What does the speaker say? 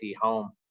Home